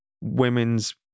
Women's